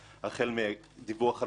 החל מדיווח על גבייה,